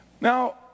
now